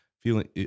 Feeling